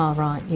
um right, yeah